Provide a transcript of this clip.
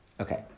Okay